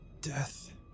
death